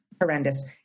horrendous